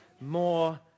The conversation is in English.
more